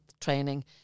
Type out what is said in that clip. training